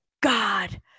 god